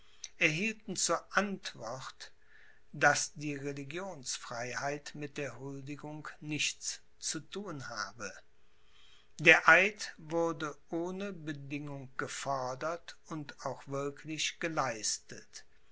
erhielten zur antwort daß die religionsfreiheit mit der huldigung nichts zu thun habe der eid wurde ohne bedingung gefordert und auch wirklich geleistet